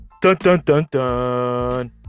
dun-dun-dun-dun